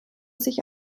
sich